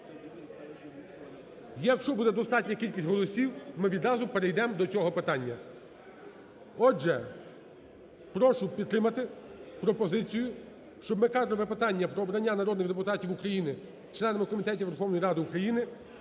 Якщо буде достатня кількість голосів, ми відразу перейдемо до цього питання. Отже, прошу підтримати пропозицію, щоб ми кадрове питання про обрання народних депутатів України членами комітетів Верховної Ради України